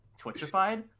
twitchified